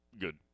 good